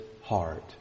heart